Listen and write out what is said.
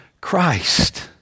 Christ